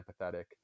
empathetic